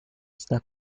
está